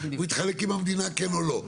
הוא התחלק עם המדינה כן או לא.